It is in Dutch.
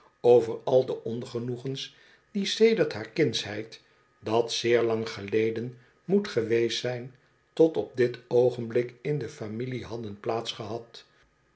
over al de ongenoegens die sedert haar kindsheid dat zeer lang geleden moet geweest zijn tot op dit rogenblik in de familie hadden